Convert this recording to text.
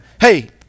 hey